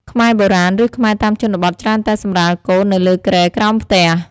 ខ្មែរបុរាណ ឬ ខ្មែរតាមជនបទច្រើនតែសម្រាលកូននៅលើគ្រែក្រោមផ្ទះ។